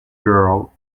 girl